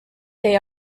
they